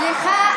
סליחה.